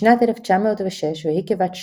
בשנת 1906, והיא כבת 16,